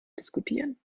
diskutieren